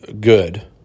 good